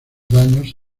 daños